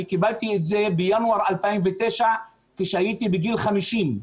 אני קיבלתי את זה בינואר 2009 כשהייתי בגיל 50,